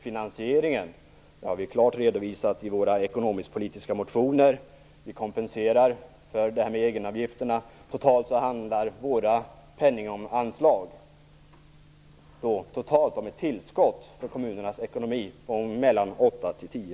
Finansieringen har vi klart redovisat i våra ekonomisk-politiska motioner. Vi kompenserar för egenavgifterna. Totalt handlar det i våra penninganslag om ett tillskott för kommunernas ekonomi på 8-10